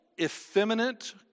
effeminate